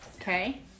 Okay